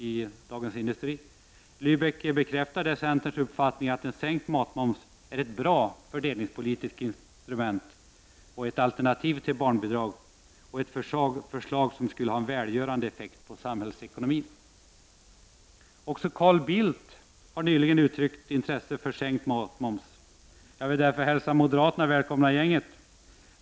I Dagens Industri bekräftar Lybeck centerns uppfattning att sänkt matmoms är ett bra fördelningspolitiskt alternativ till barnbidrag och skulle ha en välgörande effekt på samhällsekonomin. Också Carl Bildt har nyligen uttryckt intresse för sänkt matmoms. Jag vill därför hälsa moderaterna välkomna i gänget.